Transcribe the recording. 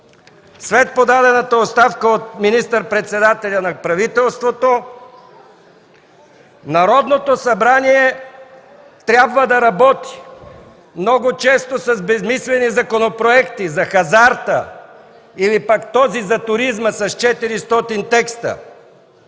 след подадената оставка от министър-председателя на правителството, Народното събрание трябва да работи, много често с безсмислени законопроекти – за хазарта или пък Законопроекта за туризма с 400 текста